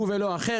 הוא ולא אחר,